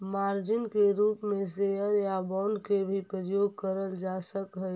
margin के रूप में शेयर या बांड के भी प्रयोग करल जा सकऽ हई